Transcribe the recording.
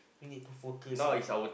you need to focus on the